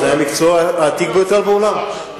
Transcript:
זה המקצוע העתיק ביותר בעולם,